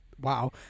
Wow